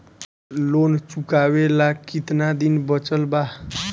Loan चुकावे ला कितना दिन बचल बा?